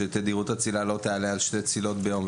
שתדירות הצלילה לא תעלה על שתי צלילות ביום,